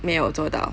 没有做到